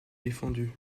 défendu